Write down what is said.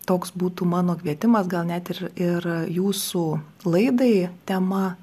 toks būtų mano kvietimas gal net ir ir jūsų laidai tema